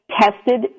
tested